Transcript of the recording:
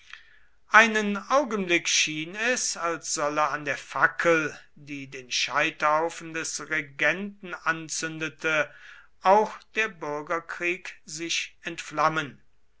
einen augenblick schien es als solle an der fackel die den scheiterhaufen des regenten anzündete auch der bürgerkrieg sich entflammen